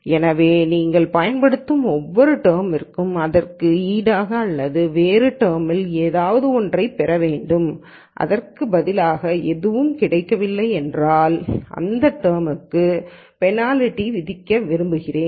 எனவே நீங்கள் பயன்படுத்தும் ஒவ்வொரு டெர்ம்கும் அதற்கு ஈடாக அல்லது வேறு டெர்ம்களில் ஏதாவது ஒன்றைப் பெற வேண்டும் அதற்கு பதிலாக எதுவும் கிடைக்கவில்லை என்றால் இந்த வார்த்தைக்கு பெனால்டி விதிக்க விரும்புகிறேன்